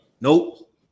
Nope